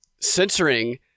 censoring